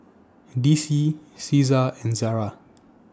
D C Cesar and Zara